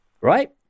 right